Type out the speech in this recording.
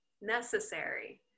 necessary